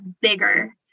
bigger